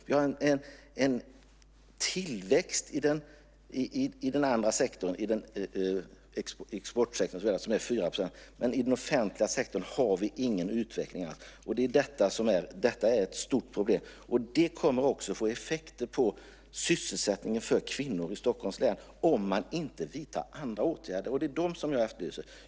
Vi har en tillväxt i exportsektorn som ligger på 4 %, men i den offentliga sektorn har vi ingen utveckling alls. Detta är ett stort problem. Det kommer att få effekter på sysselsättningen för kvinnor i Stockholms län, om man inte vidtar andra åtgärder. Det är dem som jag efterlyser.